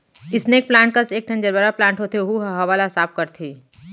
snake plant कस एकठन gerbera plant होथे ओहू ह हवा ल साफ करथे